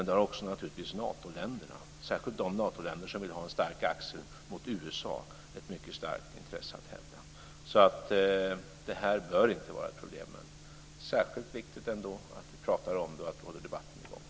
Det har naturligtvis också Natoländerna, särskilt de Natoländer som vill ha en stark axel mot USA har ett mycket starkt intresse att hävda. Det här bör inte vara något problem. Särskilt viktigt är att vi håller debatten i gång.